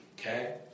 Okay